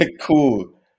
Cool